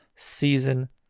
season